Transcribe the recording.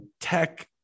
tech